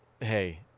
hey